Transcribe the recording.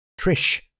Trish